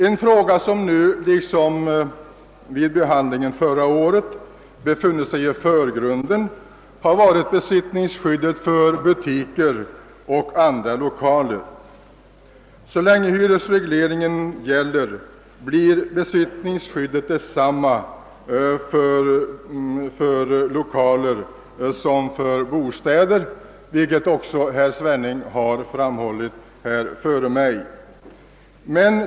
En fråga som nu liksom vid behandlingen förra året befunnit sig i förgrunden har varit besittningsskyddet för butiker och andra lokaler. Så länge hyresregleringen gäller blir besittningsskyddet detsamma för lokaler som för bostäder, vilket herr Svenning redan har framhållit.